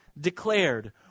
declared